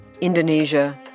Indonesia